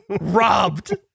robbed